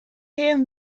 hen